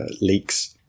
leaks